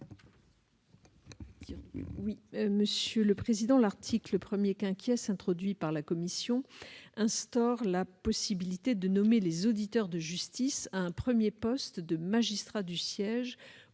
garde des sceaux. L'article 1 introduit par la commission instaure la possibilité de nommer les auditeurs de justice à un premier poste de magistrat du siège